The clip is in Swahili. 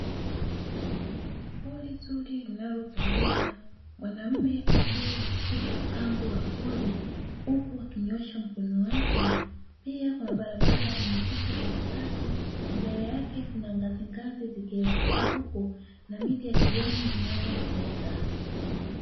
Pori zuri linalopendeza mwanaume akiwa katika pango la pori huku akinyoosha mkono wake, pia kuna barabara imepita katikati, mbele yake kuna ngazi ngazi zikielekea huko na miti ya kijani inayopendeza.